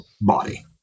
body